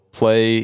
play